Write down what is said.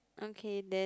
okay then